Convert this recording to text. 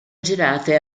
girate